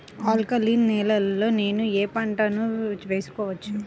Alkaline నేలలో నేనూ ఏ పంటను వేసుకోవచ్చు?